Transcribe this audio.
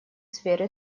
сферы